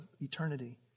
eternity